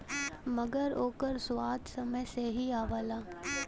मगर ओकर स्वाद समय से ही आवला